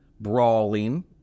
Brawling